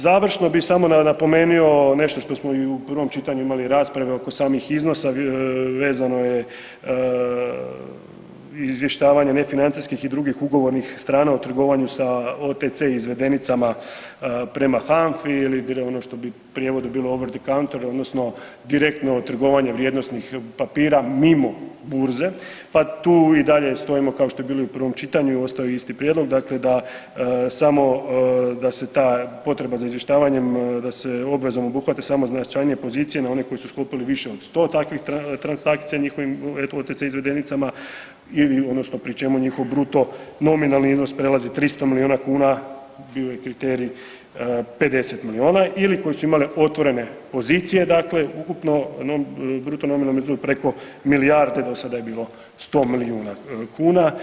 Završno bi samo napomenuo nešto što smo i u prvom čitanju imali rasprave oko samih iznosa vezano je izvještavanje nefinancijskih i drugih ugovornih strana u trgovanju sa OTC izvedenicama prema HANFA-i ili ono što bi u prijevodu bilo … [[Govornik se ne razumije]] odnosno direktno trgovanje vrijednosnih papira mimo burze, pa tu i dalje stojimo kao što je bilo u prvom čitanju, ostao je isti prijedlog, dakle da samo da se ta potreba za izvještavanjem da se obvezom obuhvate samo značajnije pozicije na one koji su sklopili više od 100 takvih transakcija njihovim … [[Govornik se ne razumije]] i izvedenicama odnosno pri čemu njihov bruto nominalni iznos prelazi 300 milijuna kuna i ovaj kriterij 50 milijuna ili koji su imali otvorene pozicije, dakle ukupno bruto nominalni iznos preko milijarde, do sada je bilo 100 milijuna kuna.